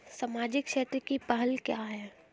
सामाजिक क्षेत्र की पहल क्या हैं?